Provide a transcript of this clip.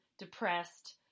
depressed